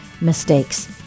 mistakes